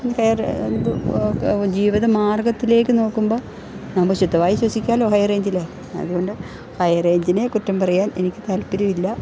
ജീവിത മാർഗ്ഗത്തിലേക്ക് നോക്കുമ്പോൾ നമ്മൾ ശുദ്ധവായു ശ്വസിക്കാലോ ഹൈറേയ്ഞ്ചിൽ അതുകൊണ്ട് ഹൈറേയ്ഞ്ചിനെ കുറ്റം പറയാൻ എനിക്ക് താല്പര്യമില്ല